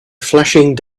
flashing